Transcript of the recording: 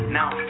now